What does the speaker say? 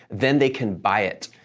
then they can buy it.